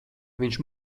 viņš